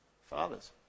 fathers